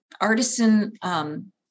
artisan